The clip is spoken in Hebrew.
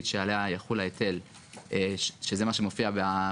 לעניין חשבון השקיות בקרן הניקיון אתייחס